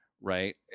right